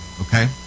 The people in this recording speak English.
okay